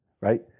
Right